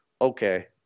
Okay